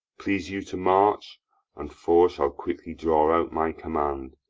please you to march and four shall quickly draw out my command,